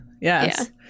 yes